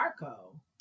Marco